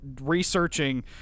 researching